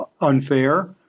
unfair